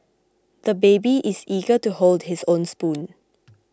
the baby is eager to hold his own spoon